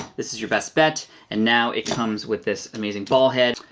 this is your best bet. and now it comes with this amazing ball head.